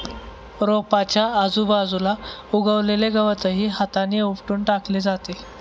रोपाच्या आजूबाजूला उगवलेले गवतही हाताने उपटून टाकले जाते